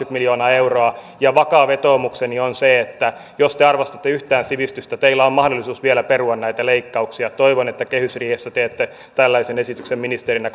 miljoonaa euroa vakaa vetoomukseni on se että jos te yhtään arvostatte sivistystä teillä on mahdollisuus vielä perua näitä leikkauksia toivon että kehysriihessä teette tällaisen esityksen ministerinä